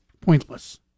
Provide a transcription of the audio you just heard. pointless